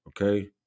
okay